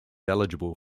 eligible